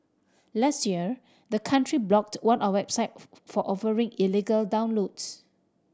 last year the country blocked one a website for offering illegal downloads